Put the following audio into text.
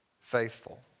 Faithful